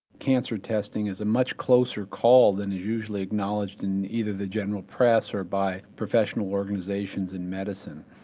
cancer testing is a much closer call than is usually acknowledged in either the general press or by professional organizations in medicine.